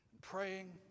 praying